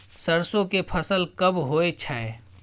सरसो के फसल कब होय छै?